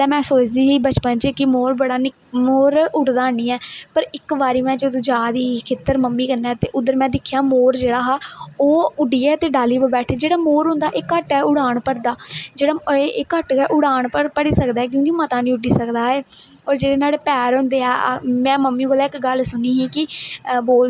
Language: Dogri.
पैहलें में सोचदी ही बचपन च कि मोर बड़ा निक्का मोर उडदा नेईं ऐ पर इक बारी में जारदी ही खेत्तर मम्मी कन्नै ते उद्धर में दिक्खेआ मोर जेहड़ा हा ओह् उड्डियै ते डाली उपर बैठे दा हा जेहड़ा मोर होंदा ऐ एह् घट्ट उडान भरदा जेहड़ा एह् घट्ट गै उडान भरी सकदा ऐ क्योंकि मता नेईं उड्डी सकदा ऐ और जेहडे़ न्हाड़े पैर होंदे में मम्मी कोला इक गल्ल सुनी ही कि बोलदे ऐ